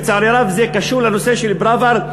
לצערי הרב, זה קשור לנושא של פראוור.